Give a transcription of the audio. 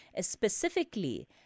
specifically